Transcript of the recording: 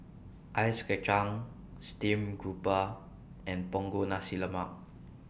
Ice Kachang Steamed Garoupa and Punggol Nasi Lemak